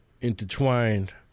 intertwined